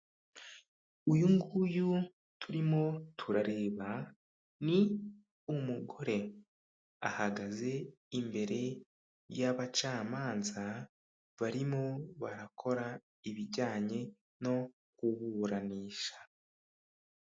Uyu nguyu turimo turareba ni umugore ahagaze imbere y'abacamanza, barimo barakora ibijyanye no kuburanisha.